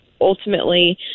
ultimately